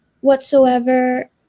whatsoever